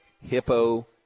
hippo